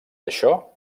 això